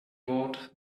ward